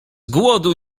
głodu